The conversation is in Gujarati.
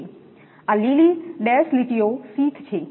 આ લીલી ડેશ લીટીઓ શીથ છે